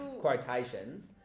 quotations